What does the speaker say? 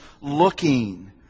looking